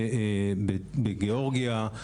בגיאורגיה,